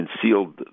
concealed